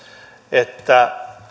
että